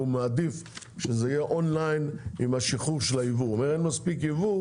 מעדיף שזה יהיה אונליין עם השחרור של הייבוא.